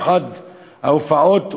באחת ההופעות,